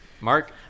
Mark